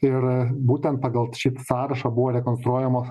ir būtent pagal šitą sąrašą buvo rekonstruojamos